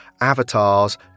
avatars